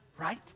right